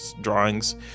drawings